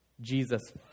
Jesus